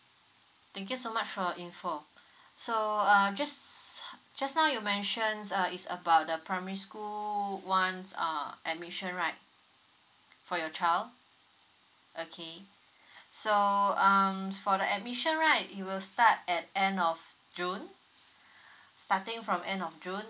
thank you so much your info so uh just just now you mentioned uh is about the primary school one uh admission right for your child okay so um for the admission right it will start at end of june starting from end of june